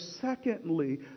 secondly